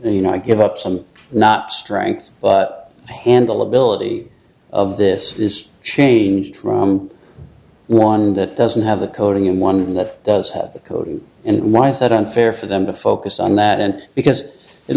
and you know i give up some not strength but handle ability of this is changed from one that doesn't have the coding in one that does have the coding and why is that unfair for them to focus on that and because it